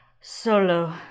solo